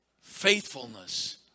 faithfulness